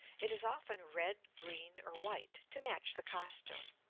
it is often red, green, or white, to match the costume.